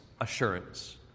assurance